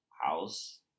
house